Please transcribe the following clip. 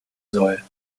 soll